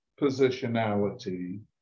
positionality